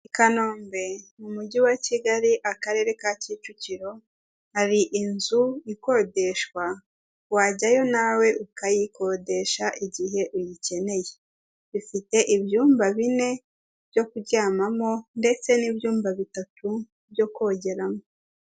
I Kanombe mu Mujyi wa Kigali, Akarere ka Kicukiro, hari inzu ikodeshwa. Wajyayo nawe ukayikodesha igihe uyikeneye, bifite ibyumba bine byo kuryamamo ndetse n'ibyumba bitatu byo kogeramo.